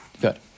Good